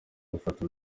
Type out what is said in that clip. gufata